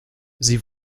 sie